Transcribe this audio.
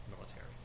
military